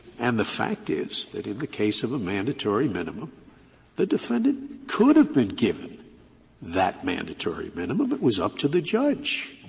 and the fact is that in the case of a mandatory minimum the defendant could have been given that mandatory minimum. it was up to the judge.